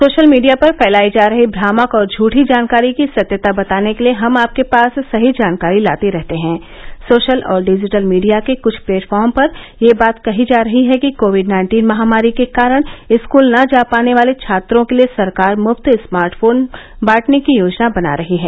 social media पर फैलाई जा रही भ्रामक और झूठी जानकारी की सत्यता बताने के लिए हम आपके पास सही जानकारी लाते रहते है सोशल और डिजिटल मीडिया के कुछ प्लेटफार्म पर यह बात कही जा रही है कि कोविड नाइन्टीन महामारी के कारण स्कूल न जा पाने वाले छात्रों के लिए सरकार मुफ्त स्मार्टफोन बांटने की योजना बना रही है